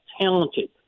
talented